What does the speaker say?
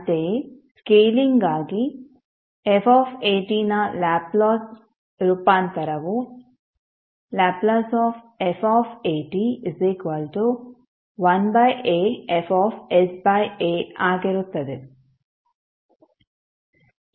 ಅಂತೆಯೇ ಸ್ಕೇಲಿಂಗ್ಗಾಗಿ f ನ ಲ್ಯಾಪ್ಲೇಸ್ ರೂಪಾಂತರವು Lf 1aFsaಆಗಿರುತ್ತದೆ